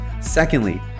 Secondly